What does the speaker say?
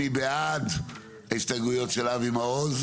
מי בעד ההסתייגויות של אבי מעוז?